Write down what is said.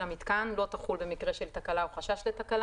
המיתקן לא תחול במקרה של תקלה או חשש לתקלה.